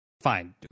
fine